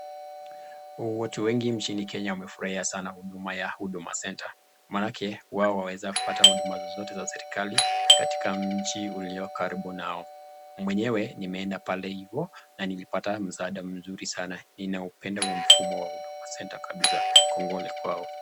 Watu wengi mjini Kenya wamefurahia sana huduma ya ya huduma centre. Manake wao huweza kupata huduma zozote za serikali, katika mji uliyo karibu nao. Mwenyewe nimeenda hivo, na nimepata msaada mzuri sana. Nimependa mfumo wa huduma center kabisa. Kongole kwao.